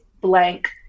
blank